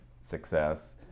success